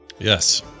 yes